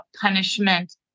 punishment